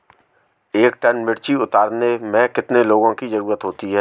एक टन मिर्ची उतारने में कितने लोगों की ज़रुरत होती है?